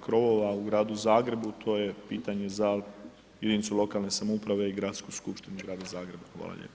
krovova u Gradu Zagrebu, to je pitanje za jedinicu lokalne samouprave i Gradsku skupštinu Grada Zagreba, hvala lijepa.